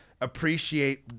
appreciate